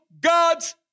God's